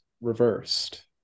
reversed